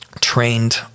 trained